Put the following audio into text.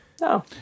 No